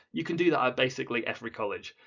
you can do that at basically every college.